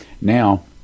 Now